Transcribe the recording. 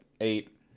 eight